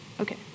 Okay